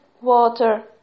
water